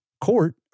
court